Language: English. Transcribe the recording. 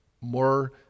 more